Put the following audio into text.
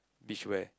beach wear